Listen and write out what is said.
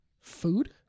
Food